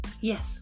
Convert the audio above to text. Yes